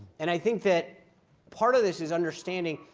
and i think that part of this is understanding,